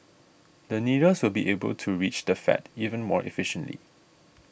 the needles will be able to reach the fat even more efficiently